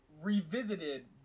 revisited